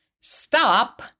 stop